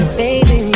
baby